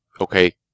okay